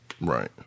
right